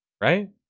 right